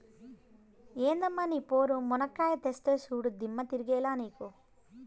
ఎందమ్మ నీ పోరు, మునక్కాయా తెస్తా చూడు, దిమ్మ తిరగాల నీకు